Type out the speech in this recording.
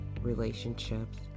relationships